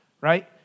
right